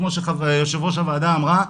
כמו שיו"ר הוועדה אמרה,